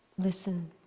listen.